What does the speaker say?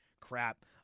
crap